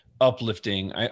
uplifting